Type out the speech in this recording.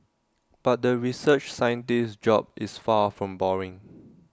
but the research scientist's job is far from boring